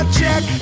check